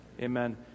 amen